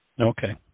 Okay